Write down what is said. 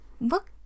look